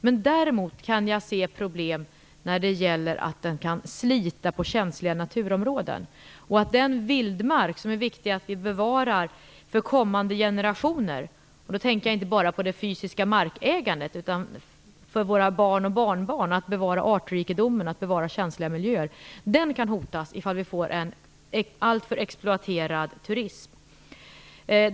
Men däremot kan jag se problem med att den kan slita på känsliga naturområden. Det är viktigt att vi bevarar vildmarken för kommande generationer. Nu tänker jag inte bara på det rent fysiska markägandet, utan att vi bevarar artrikedomen och känsliga miljöer för våra barn och barnbarn. Vildmarken kan hotas om vi får en alltför exploaterande turism.